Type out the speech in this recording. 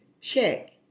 check